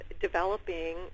developing